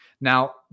Now